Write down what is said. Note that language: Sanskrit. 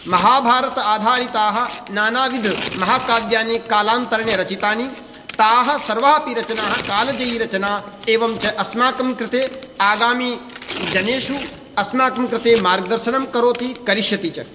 महाभारत आधारिताः नानाविध महाकाव्यानि कालान्तरेण रचितानि ताः सर्वाः अपि रचना कालजयिरचनाः एवञ्च अस्माकं कृते आगामीजनेषु अस्माकं कृते मार्गदर्सनं करोति करिष्यति च